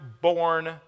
born